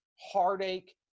heartache